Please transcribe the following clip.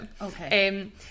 Okay